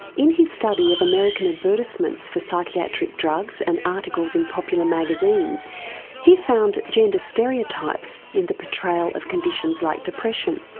in his study of american advertisements for psychiatric drugs and articles in popular magazines he found gender stereotypes in the portrayal of conditions like depression.